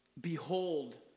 Behold